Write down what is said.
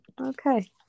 Okay